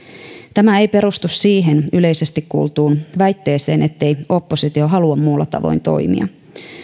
tämä ei perustu siihen yleisesti kuultuun väitteeseen ettei oppositio halua muulla tavoin toimia